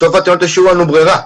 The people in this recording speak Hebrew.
בסוף אתם לא תשאירו לנו ברירה.